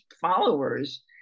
followers